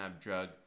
drug